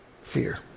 fear